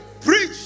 Preach